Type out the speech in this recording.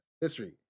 History